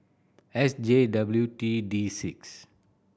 S J W T D six